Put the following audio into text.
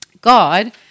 God –